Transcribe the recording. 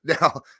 Now